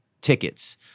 tickets